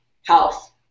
health